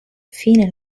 fine